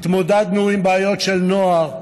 התמודדנו עם בעיות של נוער,